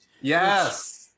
Yes